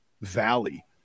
valley